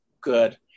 Good